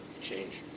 Change